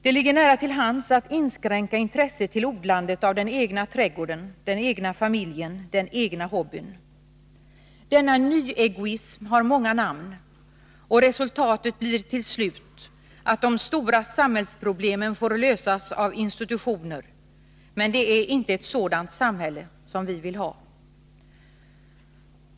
Det ligger nära till hands att inskränka intresset till odlandet av den egna trädgården, den egna familjen, den egna hobbyn. Denna nyegoism har många namn, och resultatet blir till slut att de stora samhällsproblemen får lösas av institutioner. Men det är inte ett sådant samhälle som vi vill ha.